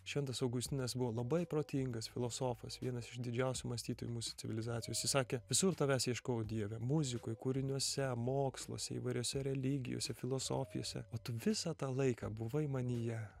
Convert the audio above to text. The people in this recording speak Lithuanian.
šventas augustinas buvo labai protingas filosofas vienas iš didžiausių mąstytojų mūsų civilizacijos jis sakė visur tavęs ieškojau dieve muzikoj kūriniuose moksluose įvairiose religijose filosofijose o tu visą tą laiką buvai manyje